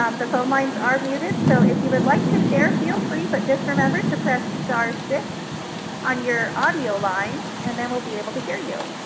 um the phone lines are muted so if you would like to share feel free, but just remember to press star six on your audio line and then we'll be able to hear you.